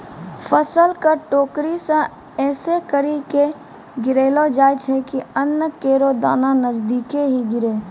फसल क टोकरी सें ऐसें करि के गिरैलो जाय छै कि अन्न केरो दाना नजदीके ही गिरे